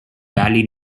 valley